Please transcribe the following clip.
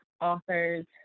authors